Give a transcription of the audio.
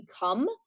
become